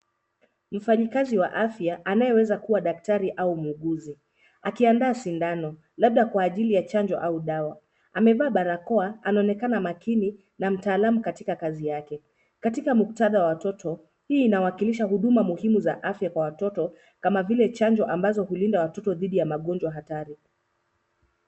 Mfanyakazi wa afya anayeweza kuwa daktari au muuguzi akiandaa sindano labda kwa ajili ya chanjo au dawa. Amevaa barakoa anaonekana makini na mtaalamu katika kazi yake. Katika muktadha wa watoto hii inawakilisha huduma muhimu za afya kwa watoto kama vile chanjo ambazo hulinda watoto dhidi ya magonjwa hatari.